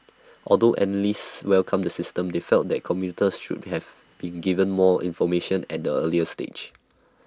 although analysts welcomed the system they felt that commuters should have been given more information at the earlier stage